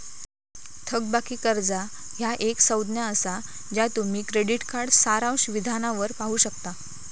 थकबाकी कर्जा ह्या एक संज्ञा असा ज्या तुम्ही क्रेडिट कार्ड सारांश विधानावर पाहू शकता